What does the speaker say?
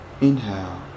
Inhale